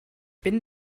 bin